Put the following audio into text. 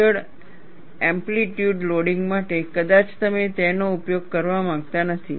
અચળ amplitude loading માટે કદાચ તમે તેનો ઉપયોગ કરવા માંગતા નથી